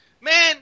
Man